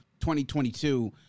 2022